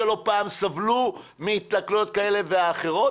שלא פעם סבלו מהתנכלויות כאלה ואחרות,